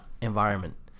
environment